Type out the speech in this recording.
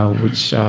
which,